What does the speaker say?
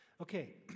Okay